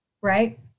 right